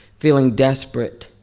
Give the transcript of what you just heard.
feeling desperate,